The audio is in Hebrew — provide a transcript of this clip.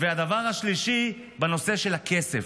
והדבר השלישי בנושא של הכסף,